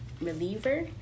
reliever